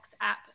app